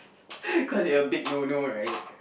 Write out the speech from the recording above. cause you're a big no no right